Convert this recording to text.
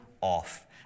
off